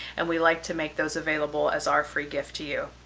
and we like to make those available as our free gift to you.